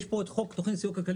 יש פה את חוק תוכנית לסיוע כלכלית,